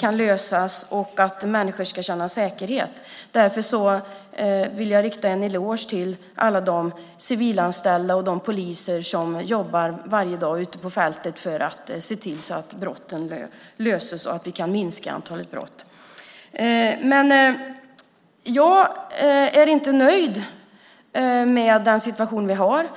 kan lösas och människor kunna känna sig säkra. Därför vill jag rikta en eloge till alla de civilanställda och poliser som varje dag jobbar på fältet för att se till att brotten löses och antalet brott minskar. Jag är inte nöjd med den situation vi har.